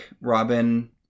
Robin